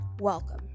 Welcome